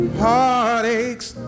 heartaches